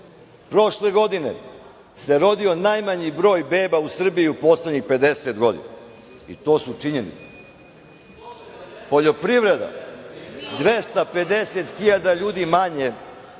Prošle godine se rodio najmanji broj beba u Srbiji u poslednjih 50 godina, i to su činjenice. Poljoprivreda. Danas se 250.000 ljudi manje